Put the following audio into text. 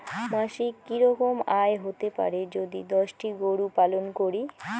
মাসিক কি রকম আয় হতে পারে যদি দশটি গরু পালন করি?